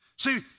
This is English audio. See